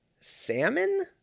Salmon